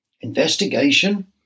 Investigation